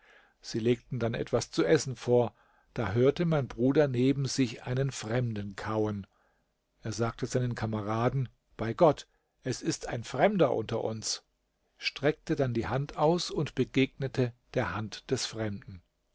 sie legten dann etwas zu essen vor da hörte mein bruder neben sich einen fremden kauen er sagte seinen kameraden bei gott es ist ein fremder unter uns streckte dann die hand aus und begegnete der hand des fremden